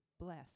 bless